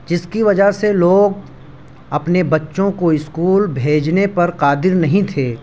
جس کی وجہ سے لوگ اپنے بچوں کو اسکول بھیجنے پر قادر نہیں تھے